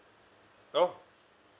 oh